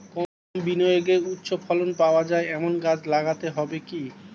কম বিনিয়োগে উচ্চ ফলন পাওয়া যায় এমন গাছ লাগাতে হবে কি?